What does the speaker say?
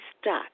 stuck